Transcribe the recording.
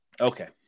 Okay